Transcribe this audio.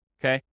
okay